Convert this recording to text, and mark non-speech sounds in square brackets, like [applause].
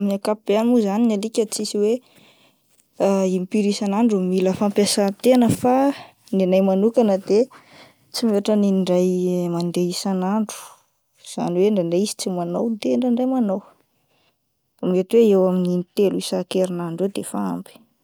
Amin'ny akapobeany mo zany ny alika tsisy hoe [hesitation] impiry isan'andro no mila fampiasan-tena fa ny anay manokana de tsy mihoatra ny indray mandeha isan'andro, izany hoe indraindray izy tsy manao de ndraindray manao ,mety hoe eo amin'ny in-telo isan-kerinandro eo de efa ampy.